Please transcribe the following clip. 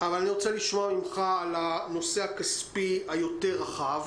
אבל אני רוצה לשמוע ממך על הנושא הכספי היותר רחב